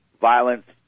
violence